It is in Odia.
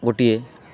ଗୋଟିଏ